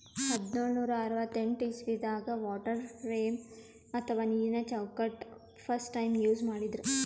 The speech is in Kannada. ಹದ್ದ್ನೋಳ್ ನೂರಾ ಅರವತ್ತೆಂಟ್ ಇಸವಿದಾಗ್ ವಾಟರ್ ಫ್ರೇಮ್ ಅಥವಾ ನೀರಿನ ಚೌಕಟ್ಟ್ ಫಸ್ಟ್ ಟೈಮ್ ಯೂಸ್ ಮಾಡಿದ್ರ್